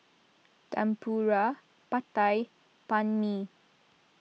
Tempura Pad Thai and Banh Mi